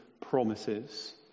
promises